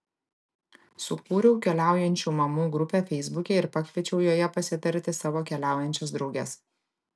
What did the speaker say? sukūriau keliaujančių mamų grupę feisbuke ir pakviečiau joje pasitarti savo keliaujančias drauges